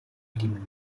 blieben